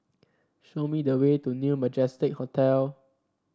show me the way to New Majestic Hotel